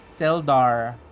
Seldar